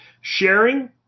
Sharing